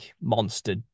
monster